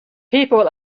people